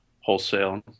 wholesale